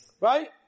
right